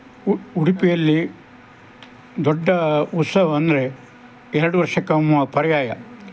ಉ ಉಡುಪಿಯಲ್ಲಿ ದೊಡ್ಡ ಉತ್ಸವ ಅಂದರೆ ಎರಡು ವರ್ಷಕ್ಕೊಮ್ಮ ಪರ್ಯಾಯ